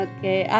Okay